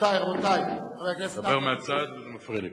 אתה מדבר מהצד, וזה מפריע לי.